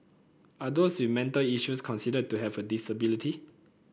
are those with mental issues considered to have a disability